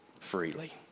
freely